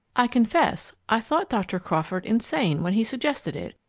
i confess, i thought dr. crawford insane when he suggested it,